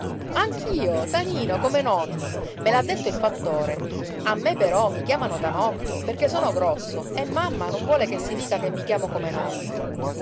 anch'io tanino come nonno me l'ha detto il fattore a me però mi chiamano tanotto perché sono grosso e mamma non vuole che si dica che mi chiamo come nonno